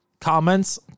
comments